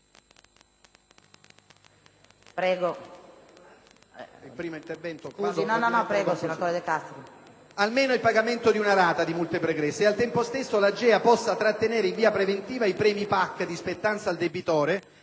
pagamento di almeno una rata di multe pregresse e, al tempo stesso, l'AGEA possa trattenere in via preventiva i premi PAC di spettanza del debitore